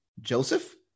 Joseph